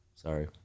Sorry